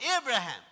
Abraham